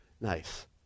Nice